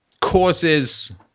causes